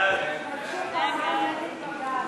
העם נגד בג"ץ,